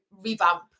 Revamp